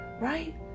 Right